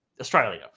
Australia